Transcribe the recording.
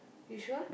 you sure